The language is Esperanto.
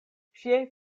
ŝiaj